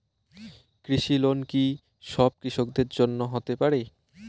কৃষি লোন কি সব কৃষকদের জন্য হতে পারে?